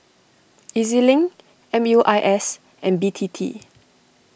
E Z Link M U I S and B T T